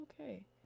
okay